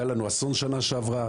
היה לנו אסון בשנה שעברה,